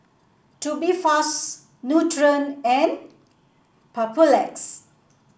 Tubifast Nutren and Papulex